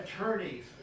attorneys